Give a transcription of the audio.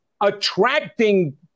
attracting